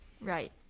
Right